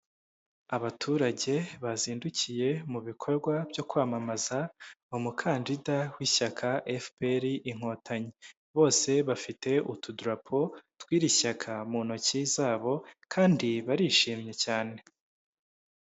Abaturage bazindukiye mu bikorwa byo kwamamaza umukandida w'ishyaka efuperi inkotanyi, bose bafite utudurapo tw'iri shyaka mu ntoki zabo kandi barishimye cyane.